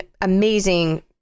amazing